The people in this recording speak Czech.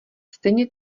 stejně